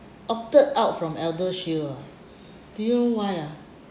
opted out from ElderShield ah do you know why ah